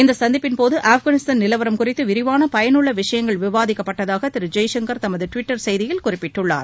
இந்தச் சந்திப்பின் போது ஆப்காவிஸ்தான் நிலவரம் குறித்து விரிவான பயனுள்ள விஷயங்கள் விவாதிக்கப்பட்டதாக திரு ஜெய்சங்கள் தமது டிவிட்டர் செய்தியில் குறிப்பிட்டுள்ளார்